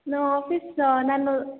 ನಾ ಆಫೀಸ ನಾನು